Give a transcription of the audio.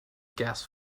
gas